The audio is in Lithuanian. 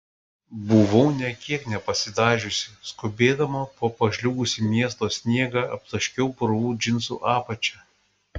buvau nė kiek nepasidažiusi skubėdama po pažliugusį miesto sniegą aptaškiau purvu džinsų apačią